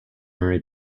murray